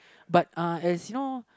but uh as you know